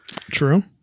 True